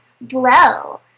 blow